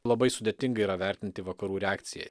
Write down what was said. labai sudėtinga yra vertinti vakarų reakciją